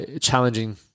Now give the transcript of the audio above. challenging